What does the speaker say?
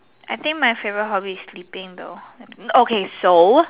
I think my favourite hobby is sleeping though okay so